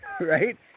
right